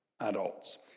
adults